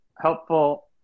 helpful